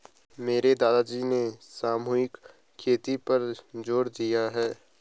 मेरे दादाजी ने सामूहिक खेती पर जोर दिया है